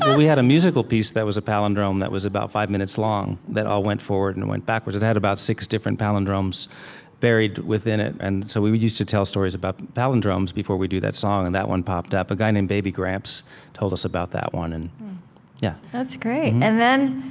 we had a musical piece that was a palindrome that was about five minutes long that all went forward and went backwards. it had about six different palindromes buried within it. so we we used to tell stories about palindromes before we'd do that song. and that one popped up. a guy named baby gramps told us about that one and yeah that's great. and then,